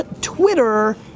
Twitter